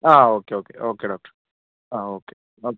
ആ okay okay okay doctor ആ okay ഓ